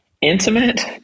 intimate